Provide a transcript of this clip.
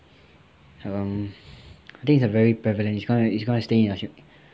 err I think it's like very prevalent it's going it's going to stay in the